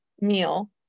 meal